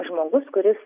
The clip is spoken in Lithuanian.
žmogus kuris